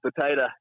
potato